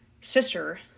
sister